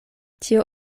tio